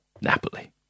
Napoli